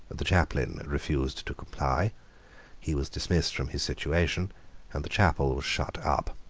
the chaplain refused to comply he was dismissed from his situation and the chapel was shut up.